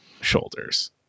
shoulders